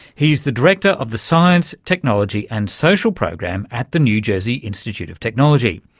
he's the director of the science, technology and social program at the new jersey institute of technology.